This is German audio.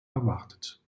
erwartet